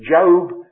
Job